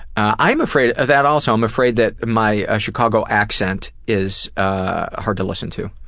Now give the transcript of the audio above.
i'm afraid of that also, i'm afraid that my ah chicago accent is ah hard to listen to.